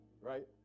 right